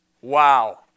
Wow